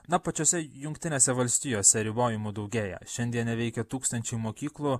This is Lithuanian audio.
na pačiose jungtinėse valstijose ribojimų daugėja šiandien neveikia tūkstančiai mokyklų